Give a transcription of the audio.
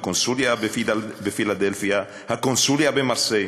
הקונסוליה בפילדלפיה והקונסוליה במרסיי.